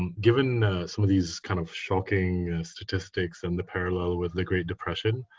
and given some of these kind of shocking statistics and the parallel with the great depression,